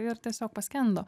ir tiesiog paskendo